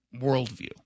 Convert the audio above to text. worldview